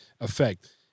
effect